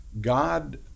god